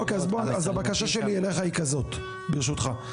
אוקיי, אז הבקשה שלי אליך היא כזו, ברשותך.